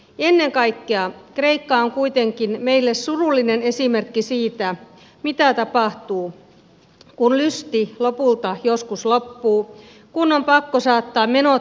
ennen kaikkea kreikka on kuitenkin meille surullinen esimerkki siitä mitä tapahtuu kun lysti lopulta joskus loppuu kun on pakko saattaa menot vastaamaan tuloja